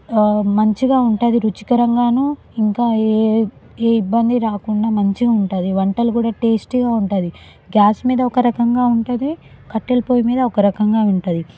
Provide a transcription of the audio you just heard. మంచిగా ఉంటుంది రుచికరంగాను ఇంకా ఏ ఏ ఇబ్బంది రాకుండా మంచిగా ఉంటుంది వంటలు కూడా టేస్ట్గా ఉంటుంది గ్యాస్ మీద ఒక రకంగా ఉంటుంది కట్టెల పొయ్యి మీద ఒక రకంగా ఉంటుంది